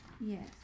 Yes